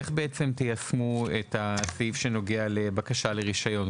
איך, בעצם, תיישמו את הסעיף שנוגע לבקשה לרישיון?